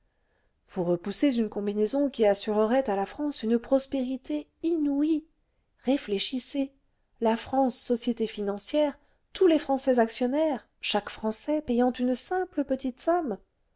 vous repoussez une combinaison qui assurerait à la france une prospérité inouïe réfléchissez la france société financière tous les français actionnaires chaque français payant une simple petite somme